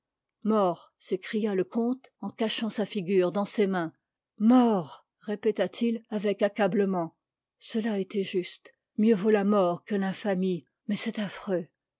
mort s'écria le comte en cachant sa figure dans ses mains mort répéta-t-il avec accablement cela était juste mieux vaut la mort que l'infamie mais c'est affreux